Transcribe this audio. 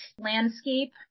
landscape